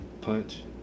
punch